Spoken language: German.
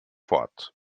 fort